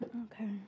Okay